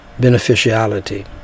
beneficiality